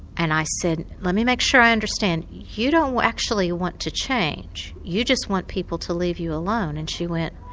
and i said, let me make sure i understand, you don't actually want to change you just want people to leave you alone? and she went,